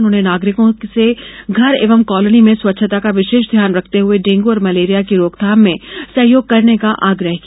उन्होंने नागरिकों से घर एवं कॉलोनी में स्वच्छता का विशेष ध्यान रखते हुए डेंगू और मलेरिया की रोकथाम में सहयोग करने का आग्रह किया